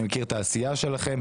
אני מכיר את העשייה שלכם,